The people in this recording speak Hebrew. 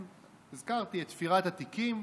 הזכרתי את תפירת התיקים,